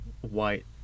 white